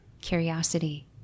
curiosity